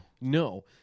no